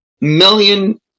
million